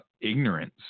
ignorance